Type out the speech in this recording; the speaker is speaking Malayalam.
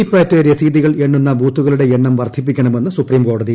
വിവിപാറ്റ് രസീതിക്ൾ കൃഎണ്ണുന്ന ബൂത്തുകളുടെ എണ്ണം ന് വർദ്ധിപ്പിക്കണഉമുന്ന് സുപ്രീംകോടതി